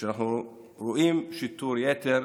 שאנחנו רואים שיטור יתר,